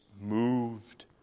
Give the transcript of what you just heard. moved